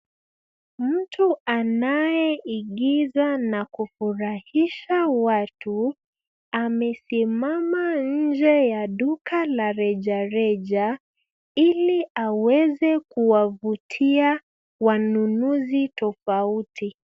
Mtu anayeigiza na kufurahisha watu, amesimama nje ya duka la rejareja, ili aweze kuwavutia wanunuzi tofauti.